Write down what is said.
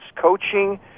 coaching